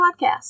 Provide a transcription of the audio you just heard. podcast